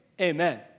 amen